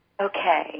Okay